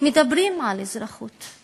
מדברים על אזרחות.